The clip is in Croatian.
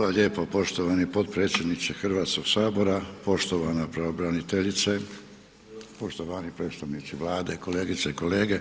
Hvala lijepo poštovani potpredsjedniče HS, poštovana pravobraniteljice, poštovani predstavnici Vlade, kolegice i kolege,